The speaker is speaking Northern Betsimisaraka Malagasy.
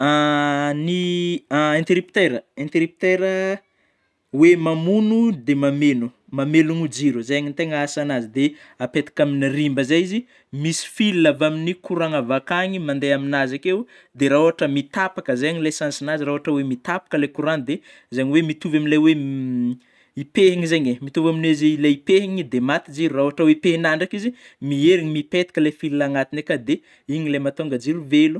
ny intérripteur intérripteur hoe mamôno dia mamelogno mamaelogno jiro, zay tena asan'azy de apetaka amin'ny rimba zay izy, dia efa misy fil avy amin'ny courant avy akany mandeha amn'azy akeo dia raha ôhatry mitapaka zany ny sens nazy raha ohatra oe mitapaka ilay courant dia, zany oe mitovy oe i pehina zagny eh, mitovy amin'izy lay pehina dia maty jiro, raha ohatra hoe pehina ndraiky izy miherina mipetaka ilay fil agnatiny akao, dia igny ilay mahatonga jiro velogno.